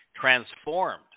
transformed